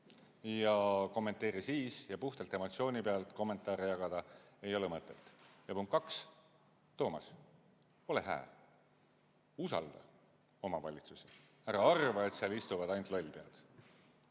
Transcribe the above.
ja kommenteeri siis. Puhtalt emotsiooni pealt kommentaare jagada ei ole mõtet. Ja punkt kaks: Toomas, ole hää, usalda omavalitsusi, ära arva, et seal istuvad ainult lollpead.